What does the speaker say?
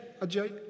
AJ